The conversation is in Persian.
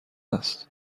است